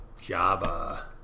Java